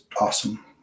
awesome